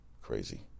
Crazy